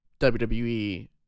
WWE